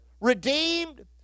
redeemed